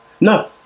No